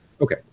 Okay